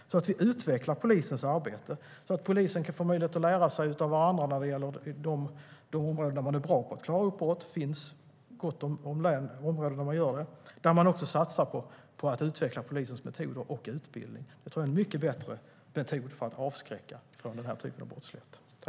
Vi ska utveckla polisens arbete så att polisen kan få möjlighet att lära av varandra från de områden där man är bra på att klara upp brott. Det finns gott om områden där man är det och också satsar på att utveckla polisens metoder och utbildning. Det tror jag är en mycket bättre metod för att avskräcka från den här typen av brottslighet.